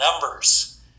numbers